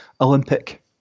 Olympic